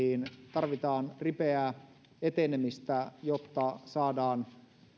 tarvitaan ripeää etenemistä jotta saadaan